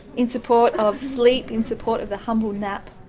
in support of sleep, in support of the humble nap.